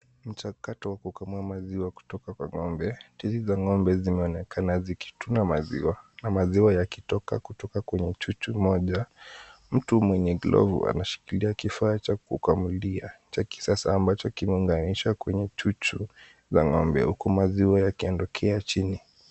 Mchakato wa kukamua maziwa kutoka kwa ng'ombe. Titi za ng'ombe zimeonekana zikituna maziwa na maziwa yakitoka kutoka kwenye chuchu moja. Mtu mwenye glovu anashikilia kifaa cha kukamulia cha kisasa ama cha kuunganisha kwenye chuchu za ng'ombe huku maziwa yakiondokea chini.